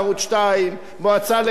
מועצה לכבלים ולוויין,